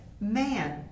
man